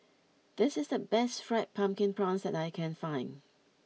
this is the best Fried Pumpkin Prawns that I can find